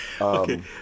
Okay